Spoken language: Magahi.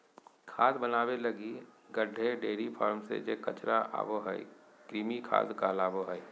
खाद बनाबे लगी गड्डे, डेयरी फार्म से जे कचरा आबो हइ, कृमि खाद कहलाबो हइ